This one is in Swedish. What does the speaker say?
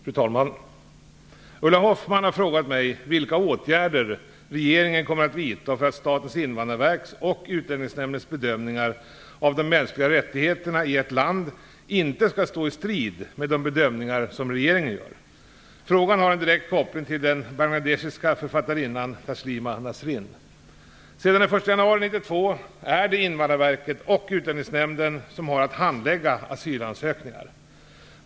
Fru talman! Ulla Hoffmann har frågat mig vilka åtgärder regeringen kommer att vidta för att Statens invandrarverk och Utlänningsnämndens bedömningar av de mänskliga rättigheterna i ett land inte skall stå i strid med de bedömningar regeringen gör. Frågan har en direkt koppling till den bangladeshiska författarinnan Taslima Nasrin. Sedan den 1 januari 1992 är det Invandrarverket och Utlänningsnämnden som har att handlägga asylansökningar.